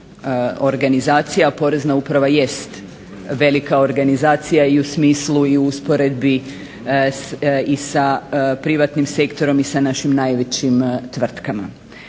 organizacija. Porezna uprava jest velika organizacija i u smislu i u usporedbi i sa privatnim sektorom i sa našim najvećim tvrtkama.